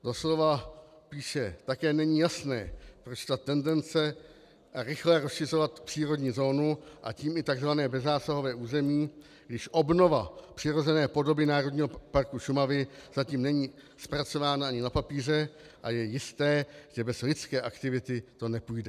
Doslova píše: Také není jasné, proč ta tendence rychle rozšiřovat přírodní zónu, a tím i tzv. bezzásahové území, když obnova přirozené podoby Národního parku Šumavy zatím není zpracována ani na papíře, a je jisté, že bez lidské aktivity to nepůjde.